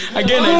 again